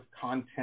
content